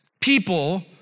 People